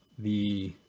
the